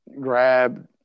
grab